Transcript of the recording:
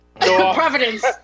Providence